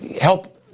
help